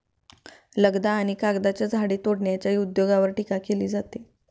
लगदा आणि कागदाच्या झाडे तोडण्याच्या उद्योगावर टीका केली जाते